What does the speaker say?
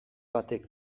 batek